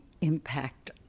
impact